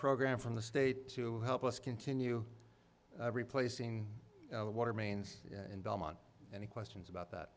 program from the state to help us continue replacing the water mains in belmont any questions about that